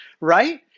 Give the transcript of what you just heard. right